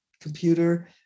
computer